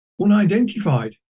unidentified